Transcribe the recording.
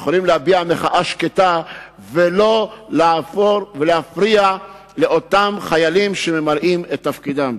הם יכולים להביע מחאה שקטה ולא להפריע לאותם חיילים שממלאים את תפקידם.